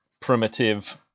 primitive